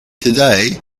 today